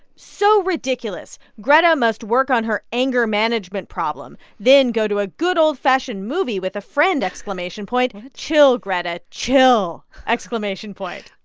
so ridiculous. greta must work on her anger management problem, then go to a good, old-fashioned movie with a friend, exclamation point. chill, greta. chill, exclamation point